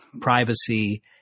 privacy